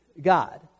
God